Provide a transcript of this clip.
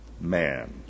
man